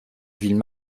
villes